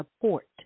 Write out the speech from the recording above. support